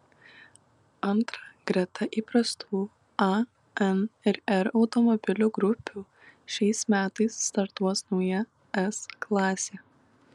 antra greta įprastų a n ir r automobilių grupių šiais metais startuos nauja s klasė